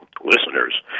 listeners